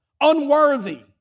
unworthy